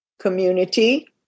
community